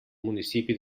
municipi